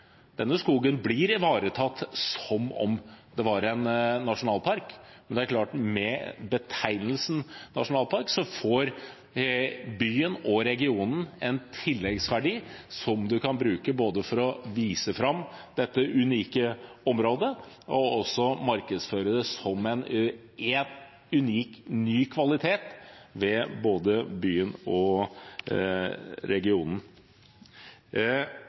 Denne skogen blir ivaretatt som om det var en nasjonalpark, men det er klart at med betegnelsen «nasjonalpark» får byen og regionen en tilleggsverdi som man kan bruke for å vise fram dette unike området og også for å markedsføre det som en unik ny kvalitet ved både byen og regionen.